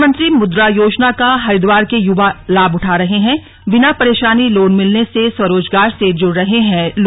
प्रधानमंत्री मुद्रा योजना का हरिद्वार के युवा लाभ उठा रहे हैंबिना परेशानी लोन मिलने से स्वरोजगार से जुड़ रहे हैं लोग